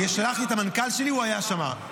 שלחתי את המנכ"ל שלי, הוא היה שם.